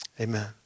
amen